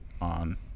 on